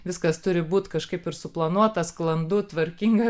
viskas turi būti kažkaip ir suplanuota sklandu tvarkinga